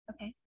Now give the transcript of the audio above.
Okay